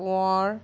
Konwar